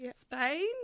Spain